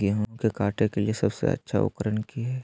गेहूं के काटे के लिए सबसे अच्छा उकरन की है?